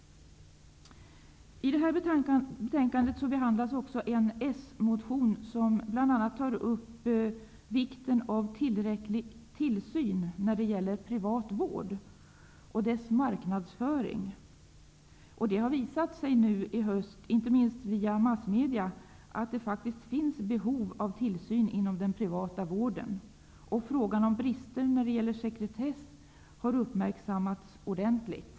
I detta betänkande behandlas också en socialdemokratisk motion där bl.a. vikten av tillräcklig tillsyn när det gäller privat vård och dess marknadsföring tagits upp. Under hösten har det visat sig, inte minst i massmedia, att det faktiskt finns behov av tillsyn inom den privata vården. Och frågan om brister när det gäller sekretess har uppmärksammats ordentligt.